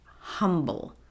humble